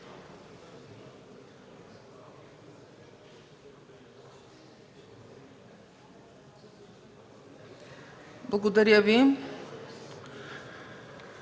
Благодаря Ви,